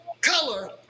color